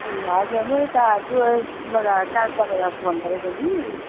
ए हजुर म यता त्यो उसबाट बाट फोन गरेको कि